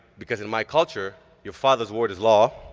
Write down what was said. because in my culture your father's word is law,